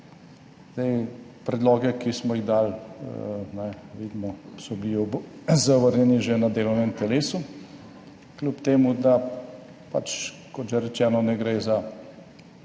Predloge, ki smo jih dali, vidimo, so bili zavrnjeni že na delovnem telesu, kljub temu, da pač, kot že rečeno, ne gre za